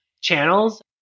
channels